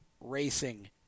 Racing